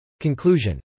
Conclusion